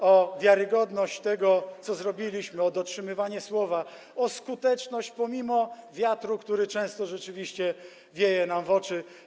Chodzi o wiarygodność tego, co zrobiliśmy, o dotrzymywanie słowa, o skuteczność, pomimo wiatru, który często rzeczywiście wieje nam w oczy.